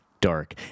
Dark